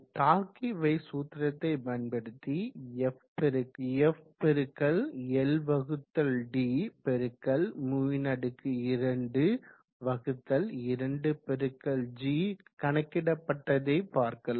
டார்கி Weisbach சூத்திரத்தை பயன்படுத்தி f Ld×μ22g கணக்கிடப்பட்டதை பார்க்கலாம்